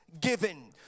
given